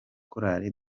chorale